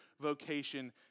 vocation